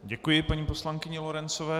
Děkuji paní poslankyni Lorencové.